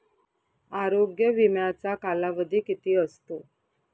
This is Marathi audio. आरोग्य विम्याचा कालावधी किती असतो?